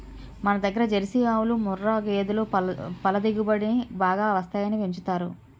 మనదగ్గర జెర్సీ ఆవులు, ముఱ్ఱా గేదులు పల దిగుబడి బాగా వస్తాయని పెంచుతారు